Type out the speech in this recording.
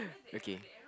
okay